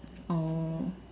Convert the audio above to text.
oh